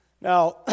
Now